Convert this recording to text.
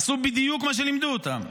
עשו בדיוק את מה שלימדו אותם.